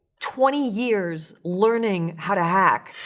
twenty years learning how to hack.